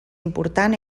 important